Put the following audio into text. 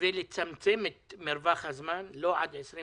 וצריך לצמצם את מרווח הזמן - לא עד 2024,